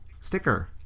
sticker